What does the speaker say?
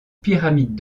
pyramide